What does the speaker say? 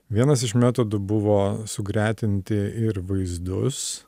vienas iš metodų buvo sugretinti ir vaizdus